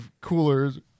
coolers